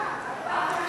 רוצה לקבל תשובה,